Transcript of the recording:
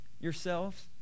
yourselves